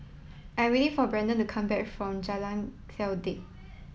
I am waiting for Brandon to come back from Jalan Kledek